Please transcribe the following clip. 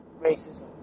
racism